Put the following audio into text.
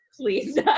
please